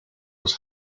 was